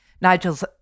Nigel's